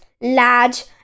large